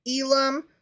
Elam